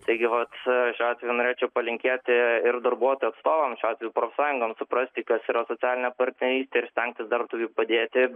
taigi vat šiuo atveju norėčiau palinkėti ir darbuotojų atstovams šiuo atveju profsąjungoms suprasti kas yra socialinė partnerystė ir stengtis darbdaviui padėti